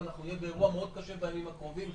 ואנחנו נהיה באירוע מאוד קשה בימים הקרובים.